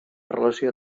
relació